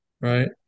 right